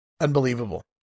Unbelievable